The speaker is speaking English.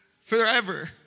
forever